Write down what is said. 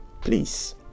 please